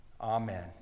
Amen